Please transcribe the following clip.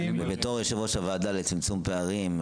בתור יושב-ראש הוועדה לצמצום פערים,